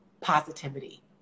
positivity